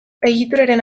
egituraren